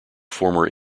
former